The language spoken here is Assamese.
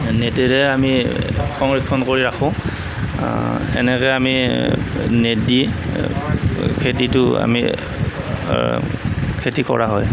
নেটেৰে আমি সংৰক্ষণ কৰি ৰাখোঁ এনেকৈ আমি নেট দি খেতিটো আমি খেতি কৰা হয়